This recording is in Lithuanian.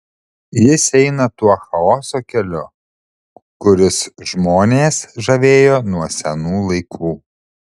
jis eina tuo chaoso keliu kuris žmonės žavėjo nuo senų laikų